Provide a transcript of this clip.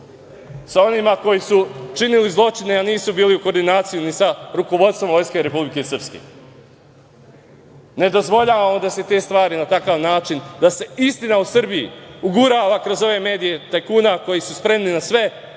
sa onima koji su činili zločine, a nisu bili u koordinaciji ni sa rukovodstvom Vojske Republike Srpske. Ne dozvoljavamo da se te stvari na takav način, da se istina u Srbiji gura kroz ove medije tajkuna koji su spremni na sve,